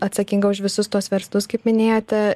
atsakinga už visus tuos verslus kaip minėjote